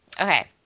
Okay